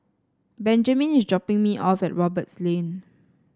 Benjamine is dropping me off at Roberts Lane